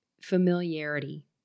familiarity